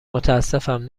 متاسفم